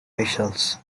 whistles